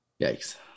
Yikes